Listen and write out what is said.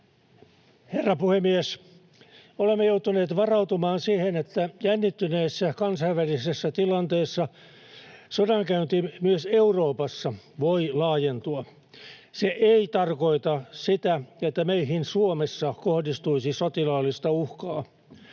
Herra puhemies! Olemme joutuneet varautumaan siihen, että jännittyneessä kansainvälisessä tilanteessa sodankäynti myös Euroopassa voi laajentua. Se ei tarkoita sitä, että meihin Suomessa kohdistuisi sotilaallista uhkaa.